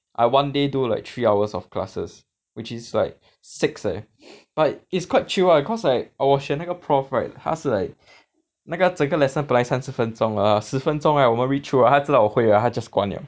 I one day do like three hours of classes which is like six leh but it's quite chill lah cause like 我选那个 prof right 他是 like 那个整个 lesson 本来三十分钟的十分钟 right 我们 read through 了他知道我会了他就关了